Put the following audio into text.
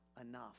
enough